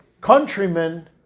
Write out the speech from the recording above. countrymen